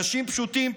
אנשים פשוטים,